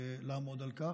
לעמוד על כך.